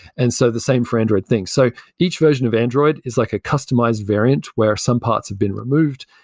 and so the same for android things so each version of android is like a customized variant, where some parts have been removed.